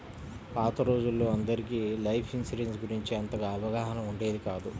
పాత రోజుల్లో అందరికీ లైఫ్ ఇన్సూరెన్స్ గురించి అంతగా అవగాహన ఉండేది కాదు